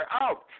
out